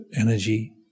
energy